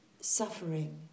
suffering